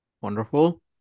Wonderful